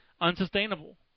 unsustainable